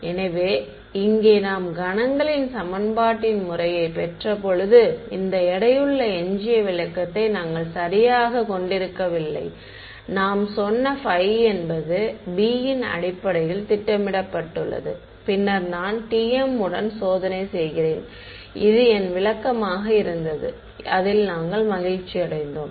எனவே இங்கே நாம் கணங்களின் சமன்பாட்டின் முறையைப் பெற்றபோது இந்த எடையுள்ள எஞ்சிய விளக்கத்தை நாங்கள் சரியாகக் கொண்டிருக்கவில்லை நாம் சொன்ன φ என்பது b யின் அடிப்படையில் திட்டமிடப்பட்டுள்ளது பின்னர் நான் tm உடன் சோதனை செய்கிறேன் அது என் விளக்கமாக இருந்தது அதில் நாங்கள் மகிழ்ச்சியடைந்தோம்